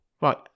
right